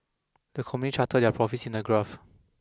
the company charted their profits in a graph